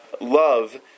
love